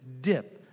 dip